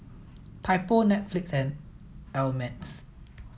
Typo Netflix and Ameltz